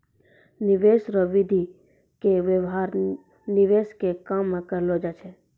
निवेश रो विधि के व्यवहार निवेश के काम मे करलौ जाय छै